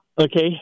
Okay